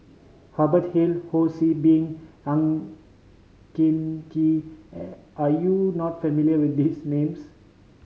Hubert Hill Ho See Beng Ang Hin Kee I are you not familiar with these names